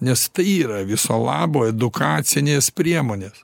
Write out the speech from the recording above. nes tai yra viso labo edukacinės priemonės